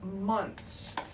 months